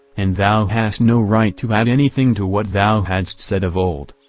and thou hast no right to add anything to what thou hadst said of old.